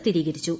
സ്ഥിരീകരിച്ചു